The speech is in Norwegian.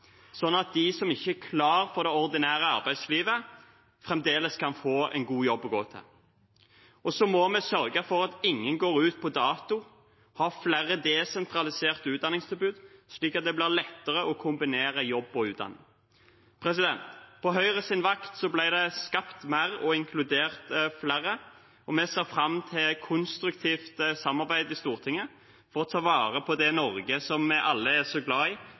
sånn at de som ikke er klare for det ordinære arbeidslivet, fremdeles kan få en god jobb å gå til. Så må vi sørge for at ingen går ut på dato, og vi må ha flere desentraliserte utdanningstilbud, slik at det blir lettere å kombinere jobb og utdanning. På Høyres vakt ble det skapt mer og inkludert flere. Vi ser fram til et konstruktivt samarbeid i Stortinget for å ta vare på det Norge vi alle er så glad i